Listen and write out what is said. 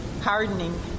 hardening